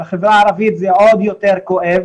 בחברה הערבית זה עוד יותר כואב,